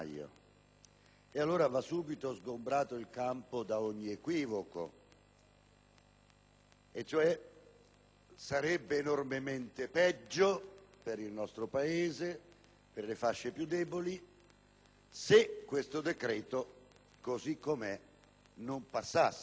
Va allora subito sgombrato il campo da ogni equivoco: sarebbe enormemente peggio per il nostro Paese, per le fasce più deboli, se questo decreto, così com'è, non fosse